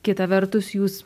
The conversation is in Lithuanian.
kita vertus jūs